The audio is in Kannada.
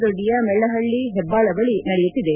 ದೊಡ್ಡಿಯ ಮೆಳ್ದಹಳ್ಳ ಹೆಬ್ಲಾಳ ಬಳಿ ನಡೆಯುತ್ತಿದೆ